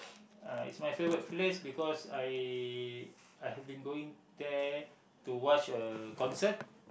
uh is my favourite place because I I have been going there to watch a concert